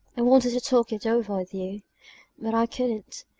i wanted to talk it over with you but i couldn't.